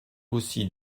aussi